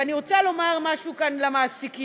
ואני רוצה לומר משהו כאן למעסיקים: